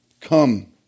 Come